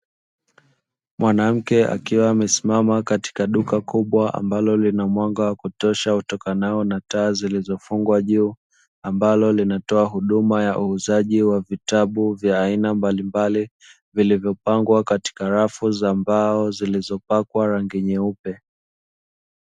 Mwanamke akiwa amesimama katika duka kubwa, ambalo lina mwanga wa kutosha utokanao na taa zilizofungwa juu. Ambalo linatoa huduma ya uuzaji wa vitabu vya aina mbalimbali, vilivyopangwa katika rafu za mbao zilizopakwa rangi nyeupe.